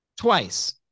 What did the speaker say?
Twice